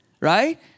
right